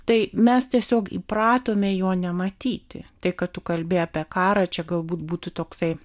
tai mes tiesiog įpratome jo nematyti tai kad tu kalbi apie karą čia galbūt būtų toksai